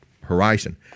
horizon